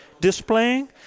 displaying